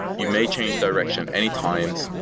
you may change direction anytime.